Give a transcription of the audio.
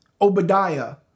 Obadiah